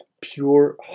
pure